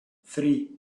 three